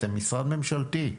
אתם משרד ממשלתי.